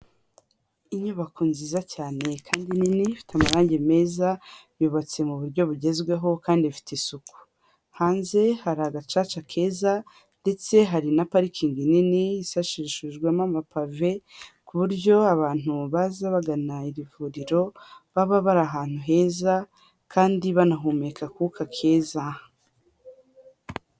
Inyubako nziza cyane kandi nini ku maragi meza yubatse mu buryo bugezweho kandi ifite isuku. Hanze hari agacaca keza ndetse hari na parking nini isasishijwemo amapave ku buryo abantu baza bagana iri vuriro, baba bari ahantu heza kandi banahumeka akuwuka keza.